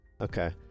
Okay